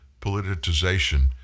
politicization